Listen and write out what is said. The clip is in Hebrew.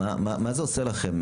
מה ידיעות כאלה עושות לכם,